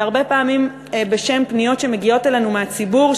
והרבה פעמים בשם פניות שמגיעות אלינו מהציבור,